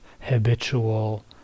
habitual